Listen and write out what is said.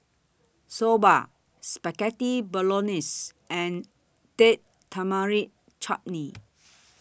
Soba Spaghetti Bolognese and Date Tamarind Chutney